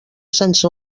sense